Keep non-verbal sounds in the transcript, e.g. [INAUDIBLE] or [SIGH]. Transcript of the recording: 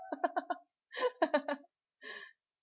[LAUGHS]